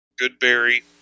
Goodberry